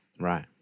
Right